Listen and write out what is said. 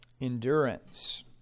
endurance